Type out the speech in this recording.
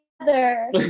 together